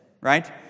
right